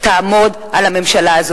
תעמוד על הממשלה הזאת,